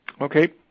Okay